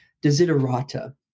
desiderata